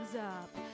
up